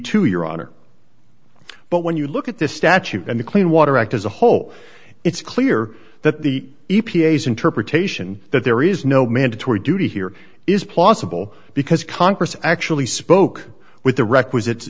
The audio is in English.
to your honor but when you look at this statute and the clean water act as a whole it's clear that the e p a s interpretation that there is no mandatory duty here is possible because congress actually spoke with the requisite